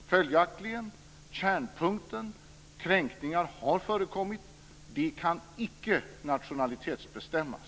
Följaktligen är kärnpunkten: kränkningar har förekommit. De kan icke nationalitetsbestämmas.